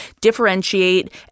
differentiate